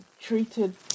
treated